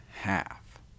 half